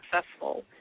successful